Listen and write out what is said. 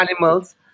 animals